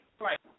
Right